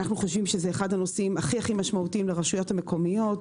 אנחנו חושבים שזה אחד הנושאים הכי הכי משמעותיים לרשויות המקומיות,